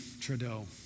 Trudeau